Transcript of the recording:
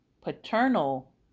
paternal